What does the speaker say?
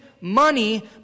money